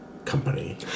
Company